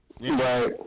right